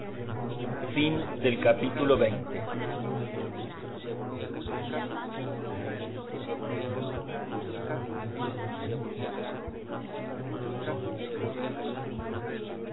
fin del capítulo veinte